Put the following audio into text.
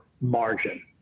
margin